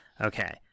Okay